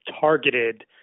targeted